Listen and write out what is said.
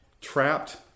trapped